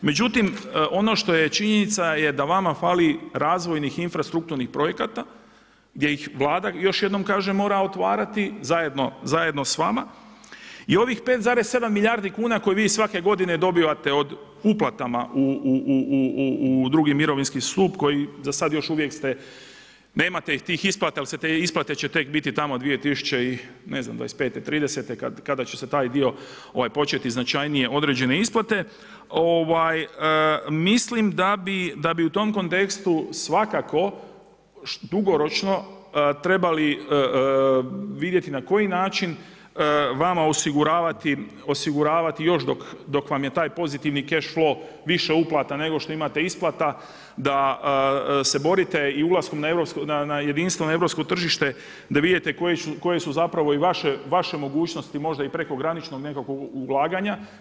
Međutim ono što je činjenica je da vama fali razvojnih infrastrukturnih projekata gdje ih Vlada još jednom kažem mora otvarati zajedno s vama i ovih 5,7 milijardi kuna koje vi svake godine dobivate uplatama u drugi mirovinski stup koji za sada još uvijek nemate tih isplata jer će te isplate tek biti tamo 2025., '30. kada će se taj dio početi značajnije određen isplate, mislim da bi u tom kontekstu svakako dugoročno trebali vidjeti na koji način vama osiguravati dok vam je taj pozitivni cache … više uplata nego što imate isplata da se borite i ulaskom na jedinstveno europsko tržište da vidite koje su i vaše mogućnosti možda i prekograničnog nekakvog ulaganja.